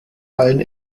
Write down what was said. allen